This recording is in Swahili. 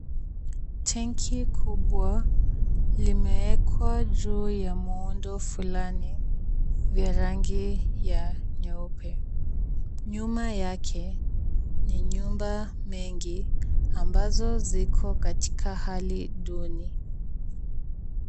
Tanki kubwa limewekwa juu ya muundo fulani vya rangi ya nyeupe. Nyuma yake ni nyumba mengi ambazo ziko katika hali duni.